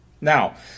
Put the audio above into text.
Now